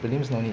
prelims no need